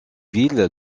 ville